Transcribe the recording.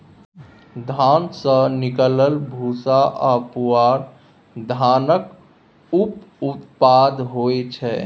धान सँ निकलल भूस्सा आ पुआर धानक उप उत्पाद होइ छै